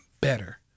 better